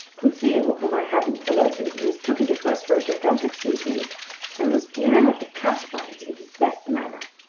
conseil, whom i hadn't alerted, mistook it at first for a gigantic sea snake and was gearing up to classify it in his best manner.